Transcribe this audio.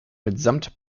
mitsamt